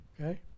okay